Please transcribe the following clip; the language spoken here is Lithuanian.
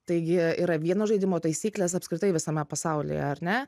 taigi yra vienos žaidimo taisyklės apskritai visame pasaulyje ar ne